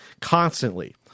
constantly